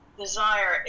desire